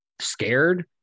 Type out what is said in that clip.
scared